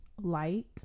Light